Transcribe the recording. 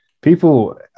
People